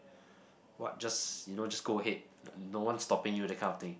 what just you know just go ahead no one's stopping you that kind of thing